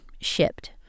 shipped